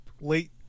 late